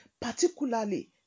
particularly